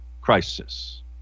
crisis